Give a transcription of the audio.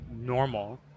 normal